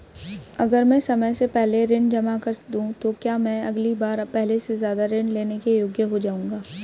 अगर मैं समय से पहले ऋण जमा कर दूं तो क्या मैं अगली बार पहले से ज़्यादा ऋण लेने के योग्य हो जाऊँगा?